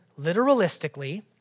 literalistically